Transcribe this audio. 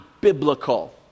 biblical